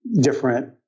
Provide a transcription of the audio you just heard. different